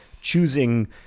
choosing